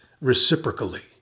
reciprocally